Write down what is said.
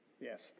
Yes